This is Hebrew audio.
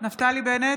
נפתלי בנט,